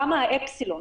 כמה האפסילון?